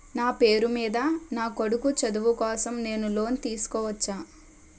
నా పేరు మీద నా కొడుకు చదువు కోసం నేను లోన్ తీసుకోవచ్చా?